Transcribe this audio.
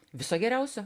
viso geriausio